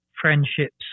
friendships